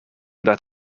that